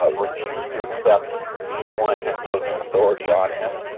ah refused to accept anyone imposing authority on him.